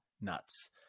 nuts